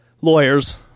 lawyers